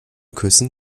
küssen